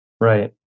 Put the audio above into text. right